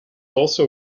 also